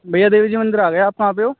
भईया देवी जी मंदिर आ गए आप कहाँ पे हो